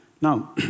Now